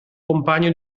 compagno